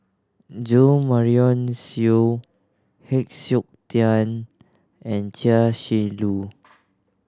Jo Marion Seow Heng Siok Tian and Chia Shi Lu